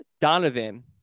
Donovan